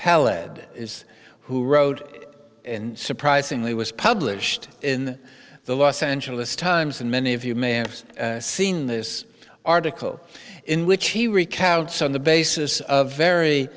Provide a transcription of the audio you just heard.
pallid is who wrote and surprisingly was published in the los angeles times and many of you may have seen this article in which he recounts on the basis of very